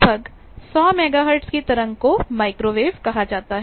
लगभग 100 मेगाहर्ट्ज़ की तरंग को माइक्रोवेव कहा जाता है